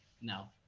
No